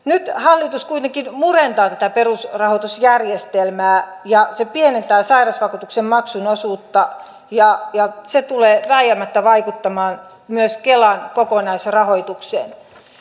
nyt hallitus kuitenkin murentaa tätä perusrahoitusjärjestelmää ja pienentää sairausvakuutuksen maksun osuutta ja se tulee vääjäämättä vaikuttamaan myös kelan kokonaisrahoitukseen